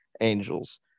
angels